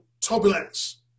turbulence